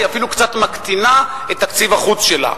היא אפילו קצת מקטינה את תקציב החוץ שלה?